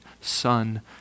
Son